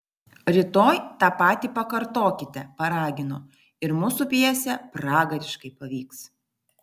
rytoj tą patį pakartokite paragino ir mūsų pjesė pragariškai pavyks